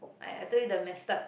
I I told you the messed up